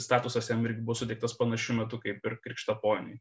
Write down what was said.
statusas jam irgi bus suteiktas panašiu metu kaip ir krikštaponiui